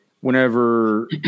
whenever